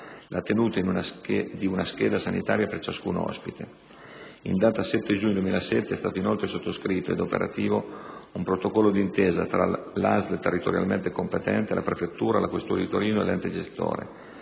la tenuta di una scheda sanitaria per ciascun ospite. In data 7 giugno 2007 è stato inoltre sottoscritto, ed è operativo, un protocollo d'intesa tra la ASL territorialmente competente, la prefettura, la questura di Torino e l'ente gestore